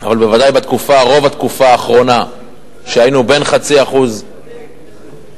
אבל בוודאי ברוב התקופה האחרונה כשהיינו בין 0.5% ומעלה,